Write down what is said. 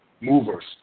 movers